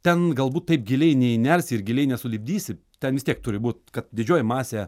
ten galbūt taip giliai neįnersi ir giliai nesulipdysi ten vis tiek turi būt kad didžioji masė